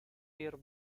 rear